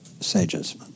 sages